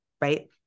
right